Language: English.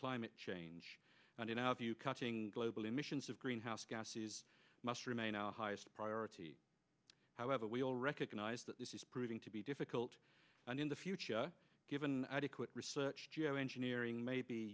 climate change and in our view cutting global emissions of greenhouse gases must remain our highest priority however we all recognize that this is proving to be difficult and in the future given adequate research geoengineering may be